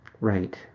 Right